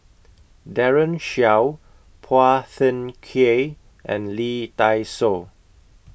Daren Shiau Phua Thin Kiay and Lee Dai Soh